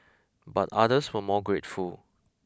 but others were more grateful